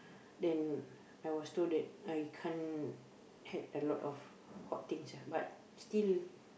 then I was told that I can't had a lot of hot things ah but still